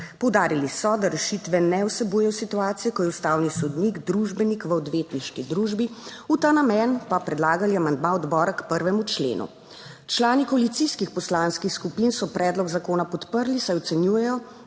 Poudarili so, da rešitve ne vsebujejo situacije, ko je ustavni sodnik družbenik v odvetniški družbi, v ta namen pa predlagali amandma odbora k 1. členu. Člani koalicijskih poslanskih skupin so predlog zakona podprli, saj ocenjujejo,